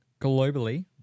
globally